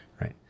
Right